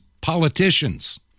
politicians